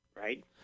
Right